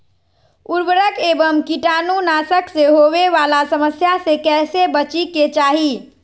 उर्वरक एवं कीटाणु नाशक से होवे वाला समस्या से कैसै बची के चाहि?